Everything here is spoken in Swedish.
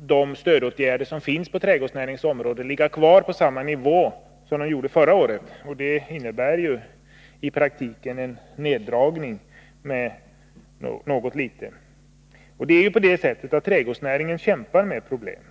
de stödåtgärder som finns på trädgårdsnäringens område ligga kvar på samma nivå som förra året. Det innebär i praktiken någon liten neddragning. Det är ju på det sättet att trädgårdsnäringen kämpar med problem.